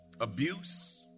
abuse